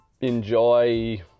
enjoy